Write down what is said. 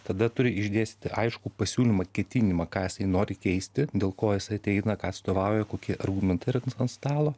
tada turi išdėstyti aiškų pasiūlymą ketinimą ką jisai nori keisti dėl ko jisai ateina ką atstovauja kokie argumentai yra ant stalo